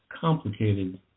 Complicated